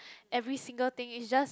every single thing it's just